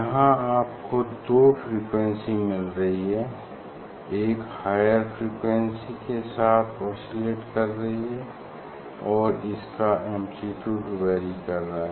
यहाँ आपको दो फ्रीक्वेंसी मिल रही हैं एक हायर फ्रीक्वेंसी के साथ ऑसिलेट कर रही है और इसका एम्प्लीट्यूड वैरी कर रहा है